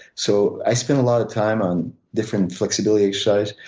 so i spend a lot of time on different flexibility exercises.